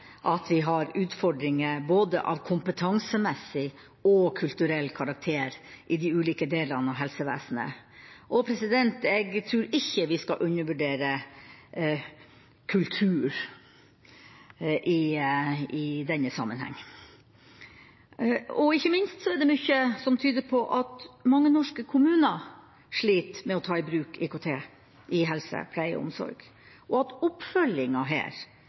at vi har utfordringer av både kompetansemessig og kulturell karakter i de ulike delene av helsevesenet, og jeg tror ikke vi skal undervurdere kultur i denne sammenhengen. Ikke minst er det mye som tyder på at mange norske kommuner sliter med å ta i bruk IKT i helse, pleie og omsorg, og at oppfølginga her